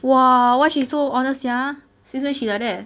!wah! why she so honest sia since when she like that